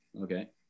Okay